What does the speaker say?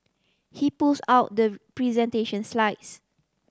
he pulls out the presentation slides